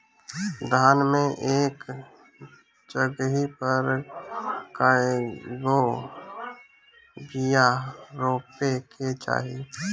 धान मे एक जगही पर कएगो बिया रोपे के चाही?